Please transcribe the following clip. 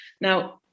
Now